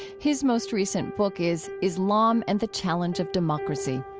his most recent book is islam and the challenge of democracy.